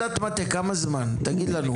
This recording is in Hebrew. לא, אמרת עבודת מטה, כמה זמן תגיד לנו?